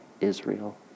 Israel